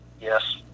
Yes